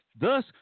Thus